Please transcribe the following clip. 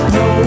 no